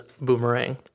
Boomerang